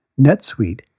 NetSuite